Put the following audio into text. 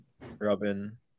Robin